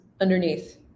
underneath